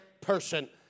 person